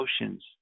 emotions